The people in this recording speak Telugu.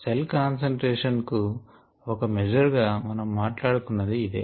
సెల్ కాన్సంట్రేషన్ కు ఒక మెజర్ గా మనం మాట్లాడుకున్నది ఇదే